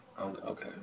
Okay